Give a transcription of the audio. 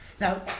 Now